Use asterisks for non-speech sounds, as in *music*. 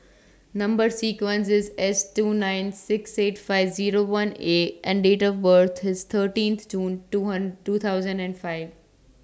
Number sequence IS S two nine six eight five Zero one A and Date of birth IS thirteenth June two *unintelligible* two thousand and five